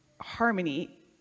harmony